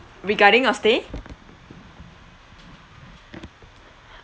regarding your stay